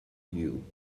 you